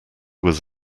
was